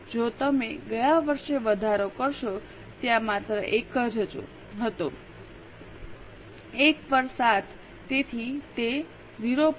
જો તમે ગયા વર્ષે વધારો કરશો ત્યાં માત્ર 1 જ હતો 1 પર 7 તેથી તે 0